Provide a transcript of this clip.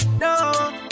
no